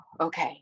Okay